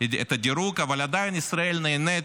את הדירוג, אבל עדיין ישראל נהנית,